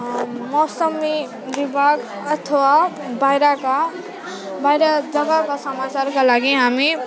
मौसमी विभाग अथवा बाहिरका बाहिर जब अब समाचारका लागि हामी